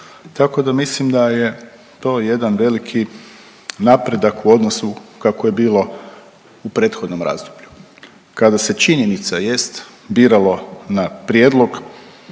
tako da mislim da je to jedan veliki napredak u odnosu kako je bilo u prethodnom razdoblju. Kada se, činjenica jest, biralo na prijedlog